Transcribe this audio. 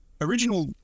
original